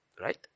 right